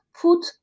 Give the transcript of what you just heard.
put